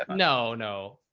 no, no,